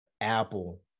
Apple